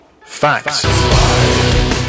Facts